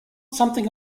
something